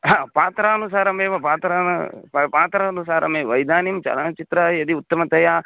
हा पात्रानुसारमेव पात्रान् पा पात्रानुसारमेव इदानीं चलनचित्रं यदि उत्तमतया